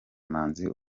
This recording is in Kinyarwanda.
manzi